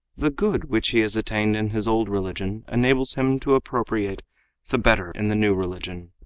the good which he has attained in his old religion enables him to appropriate the better in the new religion.